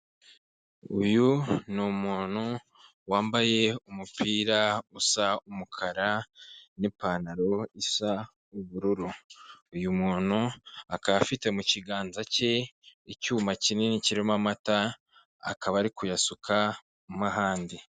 Uyu ni umuntu wambaye umupira usa umukara, n'ipantaro isa ubururu. Uyu muntu akaba afite mu kiganza cye icyuma kinini kirimo amata, akaba ari kuyasukamo ahandi.